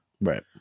Right